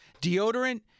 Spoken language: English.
deodorant